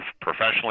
professionally